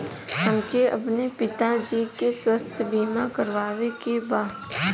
हमके अपने पिता जी के स्वास्थ्य बीमा करवावे के बा?